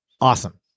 Awesome